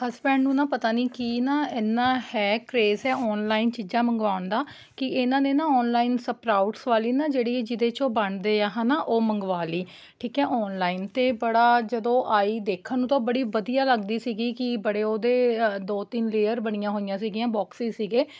husband ਨੂੰ ਨਾ ਪਤਾ ਨਹੀਂ ਕੀ ਨਾ ਹੈ ਇੰਨਾਂ ਹੈ ਕਰੇਜ਼ ਹੈ ਆਨਲਾਇਨ ਚੀਜ਼ਾਂ ਮੰਗਵਾਉਣ ਦਾ ਕਿ ਇਨ੍ਹਾਂ ਨੇ ਨਾ ਆਨਲਾਈਨ ਸਪਰਾਉਟਸ ਵਾਲੀ ਨਾ ਜਿਹੜੀ ਜਿਹਦੇ 'ਚ ਉਹ ਬਣਦੇ ਆ ਹੈ ਨਾ ਉਹ ਮੰਗਵਾ ਲਈ ਠੀਕ ਹੈ ਆਨਲਾਇਨ ਅਤੇ ਬੜਾ ਜਦੋਂ ਆਈ ਦੇਖਣ ਨੂੰ ਤਾਂ ਬੜੀ ਵਧੀਆ ਲੱਗਦੀ ਸੀਗੀ ਕਿ ਬੜੇ ਉਹਦੇ ਦੋ ਤਿੰਨ ਲੇਅਰ ਬਣਿਆ ਹੋਈਆਂ ਸੀਗੀਆਂ ਬੋਕਸਿਜ਼ ਸੀਗੇ